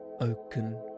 oaken